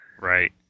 Right